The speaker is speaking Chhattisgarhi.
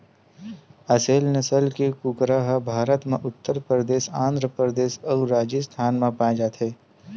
असेल नसल के कुकरा ह भारत म उत्तर परदेस, आंध्र परदेस अउ राजिस्थान म पाए जाथे